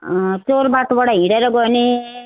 चोर बाटोबाट हिँडेर गयो भने